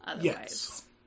yes